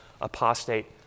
apostate